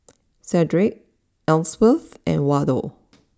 Sedrick Elsworth and Waldo